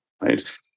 right